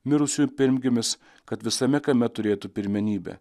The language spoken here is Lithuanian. mirusiųjų pirmgimis kad visame kame turėtų pirmenybę